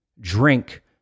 Drink